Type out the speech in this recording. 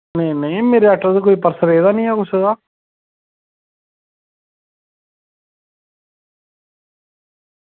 नेईं नेईं मेरे ऑटो च पर्स रेहा दा निं ऐ कुसै दा